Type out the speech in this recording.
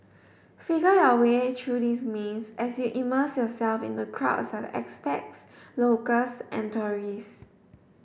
figure your way through this maze as you immerse yourself in the crowds expats locals and tourists